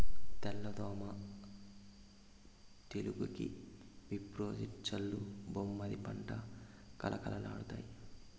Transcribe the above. తెల్ల దోమ తెగులుకి విప్రోజిన్ చల్లు బామ్మర్ది పంట కళకళలాడతాయి